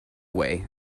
way